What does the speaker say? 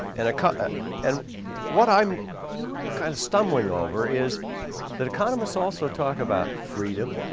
and and what i'm kind of stumbling over is that economists also talk about freedom,